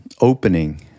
opening